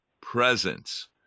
presence